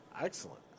excellent